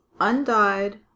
undyed